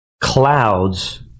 clouds